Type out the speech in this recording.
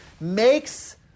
makes